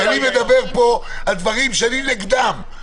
אני מדבר פה על דברים שאני נגדם.